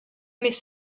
mais